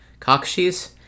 Cockshies